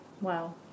Wow